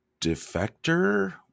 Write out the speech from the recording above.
defector